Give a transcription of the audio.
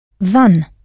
Wann